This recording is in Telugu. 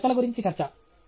ఇది చర్చల గురించి చర్చ